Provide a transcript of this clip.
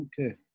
Okay